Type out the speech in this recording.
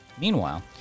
Meanwhile